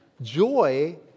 joy